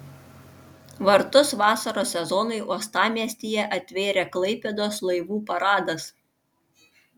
vartus vasaros sezonui uostamiestyje atvėrė klaipėdos laivų paradas